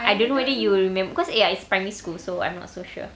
I don't know whether you will remember cause a~ ya it's primary school so I'm not so sure